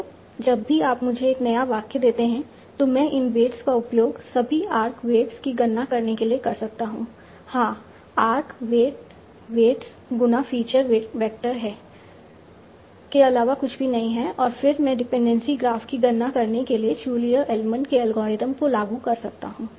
तो जब भी आप मुझे एक नया वाक्य देते हैं तो मैं इन वेट्स का उपयोग सभी आर्क वेट्स की गणना करने के लिए कर सकता हूँ हाँ आर्क वेट्स वेट्स गुणा फीचर वेक्टर के अलावा कुछ भी नहीं हैं और फिर मैं डिपेंडेंसी ग्राफ की गणना करने के लिए चू लियू एडमंड के एल्गोरिथ्म को लागू कर सकता हूं